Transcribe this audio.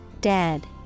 dead